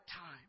time